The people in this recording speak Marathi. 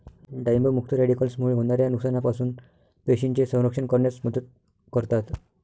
डाळिंब मुक्त रॅडिकल्समुळे होणाऱ्या नुकसानापासून पेशींचे संरक्षण करण्यास मदत करतात